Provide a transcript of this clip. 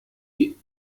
die